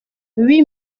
oui